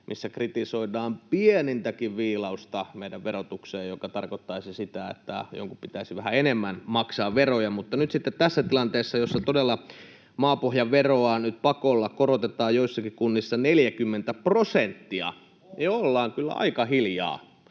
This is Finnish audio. joissa kritisoidaan pienintäkin sellaista viilausta meidän verotukseen, joka tarkoittaisi sitä, että jonkun pitäisi vähän enemmän maksaa veroja, mutta nyt sitten tässä tilanteessa, jossa todella maapohjan veroa nyt pakolla korotetaan joissakin kunnissa 40 prosenttia, [Tuomas Kettunen: Ohhoh!] ollaan kyllä aika hiljaa.